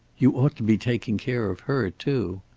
you ought to be taking care of her, too.